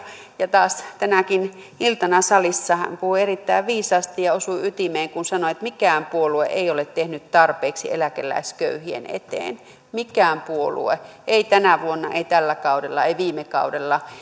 ja taas tänäkin iltana salissa hän puhui erittäin viisaasti ja osui ytimeen kun sanoi että mikään puolue ei ole tehnyt tarpeeksi eläkeläisköyhien eteen mikään puolue ei tänä vuonna ei tällä kaudella ei viime kaudella